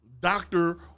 doctor